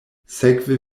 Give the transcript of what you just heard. sekve